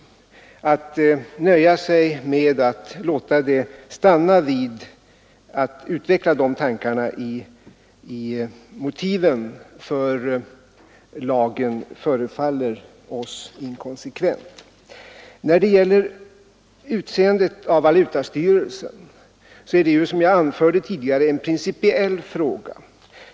Att nöja sig med att utveckla de tankarna i motiven för lagen förefaller oss inkonsekvent. Utseendet av valutastyrelsen är, som jag anförde tidigare, en principiell fråga.